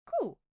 Cool